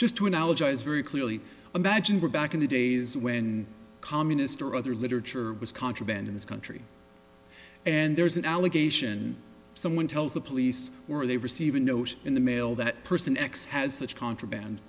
just to analogize very clearly imagine we're back in the days when communist or other literature was contraband in this country and there's an allegation someone tells the police or they receive a note in the mail that person x has such contraband